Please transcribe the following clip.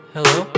Hello